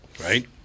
right